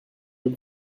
deux